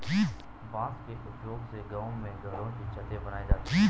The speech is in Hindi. बांस के उपयोग से गांव में घरों की छतें बनाई जाती है